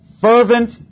fervent